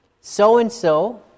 So-and-so